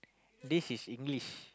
this is English